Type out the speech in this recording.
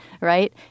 right